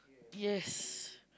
yes